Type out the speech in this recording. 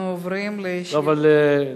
אנחנו עוברים לשאילתא,